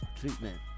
treatment